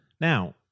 now